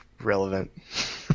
relevant